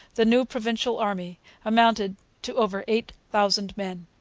the new provincial army amounted to over eight thousand men.